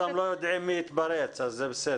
אנחנו גם לא יודעים מי זה שהתפרץ אבל בסדר.